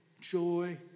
joy